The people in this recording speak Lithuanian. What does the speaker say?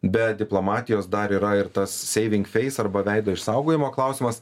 be diplomatijos dar yra ir tas seiving feis arba veido išsaugojimo klausimas